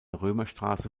römerstraße